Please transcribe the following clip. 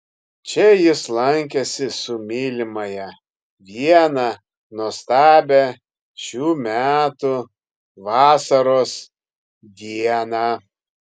čia jis lankėsi su mylimąja vieną nuostabią šių metų vasaros dieną